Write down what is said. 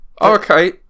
Okay